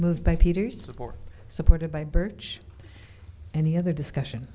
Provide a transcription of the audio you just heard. move by peter's support supported by birch any other discussion